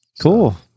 Cool